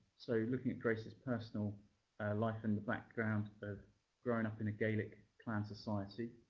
so looking at grace's personal life and the background of growing up in a gaelic clan society.